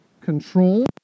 control